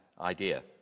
idea